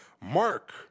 Mark